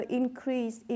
increase